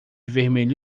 vermelho